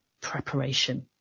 preparation